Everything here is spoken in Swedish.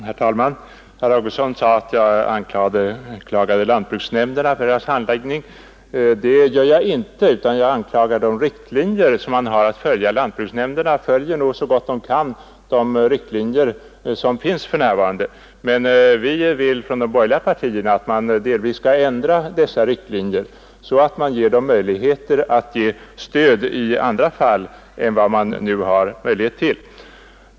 Herr talman! Herr Augustsson sade att jag anklagade lantbruksnämnderna för deras handläggning. Det gjorde jag inte, utan jag kritiserade de riktlinjer som lantbruksnämnderna har att följa. Lantbruksnämnderna följer nog så gott de kan de riktlinjer som finns för närvarande, men vi vill från de borgerliga partierna att man delvis skall ändra dessa riktlinjer så att det blir möjligt att ge stöd i andra fall än vad det nu finns möjlighet till.